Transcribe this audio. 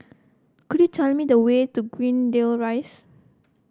could you tell me the way to Greendale Rise